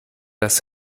das